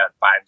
five